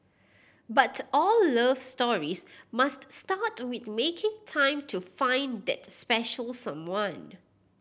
but all love stories must start with making time to find that special someone